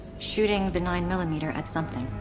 shooting the nine millimeter at something.